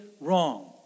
wrong